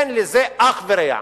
אין לזה אח ורע.